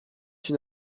une